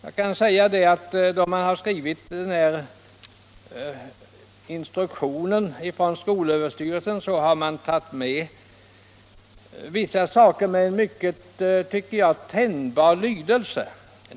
Då skolöverstyrelsen skrev den här instruktionen fick vissa bestämmelser en mycket, tycker jag, tänjbar lydelse.